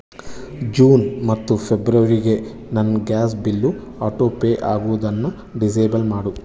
June ಮತ್ತು ಫೆಬ್ರವರಿಗೆ ನನ್ನ ಗ್ಯಾಸ್ ಬಿಲ್ಲು ಆಟೋ ಪೇ ಆಗುವುದನ್ನು ಡಿಸೇಬಲ್ ಮಾಡು